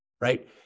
right